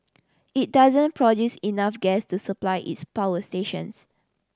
it doesn't produce enough gas to supply its power stations